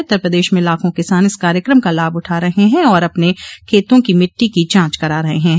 उत्तर प्रदेश में लाखों किसान इस कार्यक्रम का लाभ उठा रहे हैं और अपने खेतों की मिट्टी की जांच करा रहे हैं